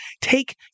take